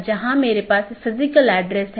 जिसे हम BGP speaker कहते हैं